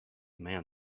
man